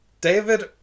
David